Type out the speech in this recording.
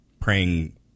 praying